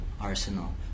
Arsenal